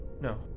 No